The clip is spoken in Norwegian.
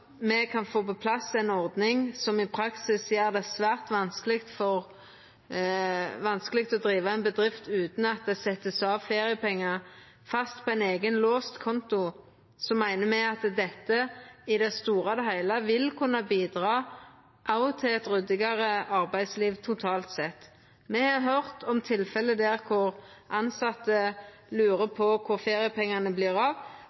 me kan få på plass ei ordning som i praksis gjer det svært vanskeleg å driva ei bedrift utan at det vert sett av feriepengar fast på ein eigen, låst konto, meiner me at dette i det store og heile vil kunna bidra også til eit ryddigare arbeidsliv totalt sett. Me har høyrt om tilfelle der tilsette lurte på kor feriepengane vert av,